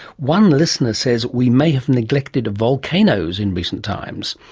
one listener says we may have neglected volcanoes in recent times.